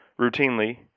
routinely